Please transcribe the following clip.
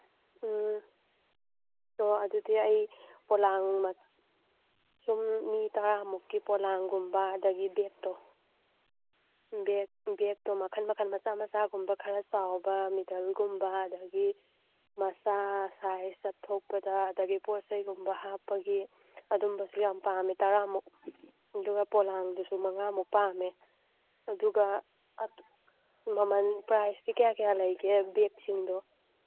ꯎꯝ ꯑꯣ ꯑꯗꯨꯗꯤ ꯑꯩ ꯄꯣꯂꯥꯡ ꯁꯨꯝ ꯃꯤ ꯇꯔꯥꯃꯨꯛꯀꯤ ꯄꯣꯂꯥꯡꯒꯨꯝꯕ ꯑꯗꯒꯤ ꯕꯦꯛꯇꯣ ꯃꯈꯜ ꯃꯈꯜ ꯃꯆꯥ ꯃꯆꯥꯒꯨꯝꯕ ꯈꯔ ꯆꯥꯎꯕ ꯃꯤꯗꯜꯒꯨꯝꯕ ꯑꯗꯒꯤ ꯃꯆꯥ ꯁꯥꯏꯁ ꯆꯠꯊꯣꯛꯄꯗ ꯑꯗꯒꯤ ꯄꯣꯠꯆꯩꯒꯨꯝꯕ ꯍꯥꯞꯄꯒꯤ ꯑꯗꯨꯝꯕꯁꯨ ꯌꯥꯝ ꯄꯥꯝꯃꯦ ꯇꯔꯥꯃꯨꯛ ꯑꯗꯨꯒ ꯄꯣꯂꯥꯡꯗꯨꯁꯨ ꯃꯉꯥꯃꯨꯛ ꯄꯥꯝꯃꯦ ꯑꯗꯨꯒ ꯃꯃꯜ ꯄ꯭ꯔꯥꯏꯁꯇꯤ ꯀꯌꯥ ꯀꯌꯥ ꯂꯩꯕꯒꯦ ꯕꯦꯛꯁꯤꯡꯗꯣ